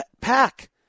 pack